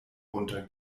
runter